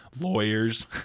lawyers